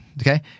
Okay